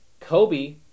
Kobe